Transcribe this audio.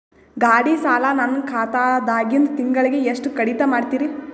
ಗಾಢಿ ಸಾಲ ನನ್ನ ಖಾತಾದಾಗಿಂದ ತಿಂಗಳಿಗೆ ಎಷ್ಟು ಕಡಿತ ಮಾಡ್ತಿರಿ?